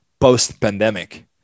post-pandemic